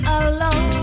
alone